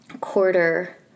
quarter